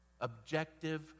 objective